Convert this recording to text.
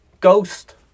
ghost